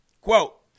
Quote